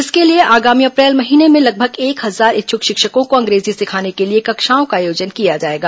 इसके लिए आगामी अप्रैल महीने में लगभग एक हजार इच्छुक शिक्षकों को अंग्रेजी सिखाने के लिए कक्षाओं का आयोजन किया जाएगा